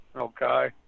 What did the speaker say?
Okay